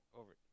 over